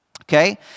okay